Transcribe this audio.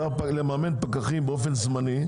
צריך לממן פקחים באופן זמני,